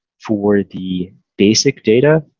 for the basic data,